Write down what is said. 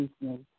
business